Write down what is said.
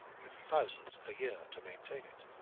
with thousands a year to maintain it.